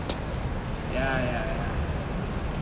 ya ya ya